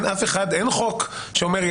אין חוק שאומר,